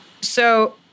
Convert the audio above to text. So-